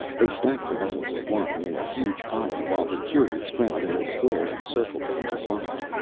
they stacked the bottles of wine in a huge pile while the curious crowd in the square encircled them to watch.